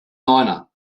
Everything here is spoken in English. niner